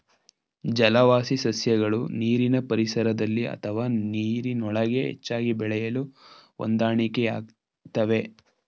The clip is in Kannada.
ಜಲವಾಸಿ ಸಸ್ಯಗಳು ನೀರಿನ ಪರಿಸರದಲ್ಲಿ ಅಥವಾ ನೀರಿನೊಳಗೆ ಹೆಚ್ಚಾಗಿ ಬೆಳೆಯಲು ಹೊಂದಾಣಿಕೆಯಾಗ್ತವೆ